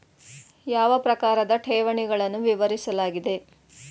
ಯಾವ ಪ್ರಕಾರದ ಠೇವಣಿಗಳನ್ನು ವಿವರಿಸಲಾಗಿದೆ?